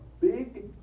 big